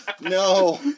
no